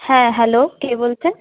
হ্যাঁ হ্যালো কে বলছেন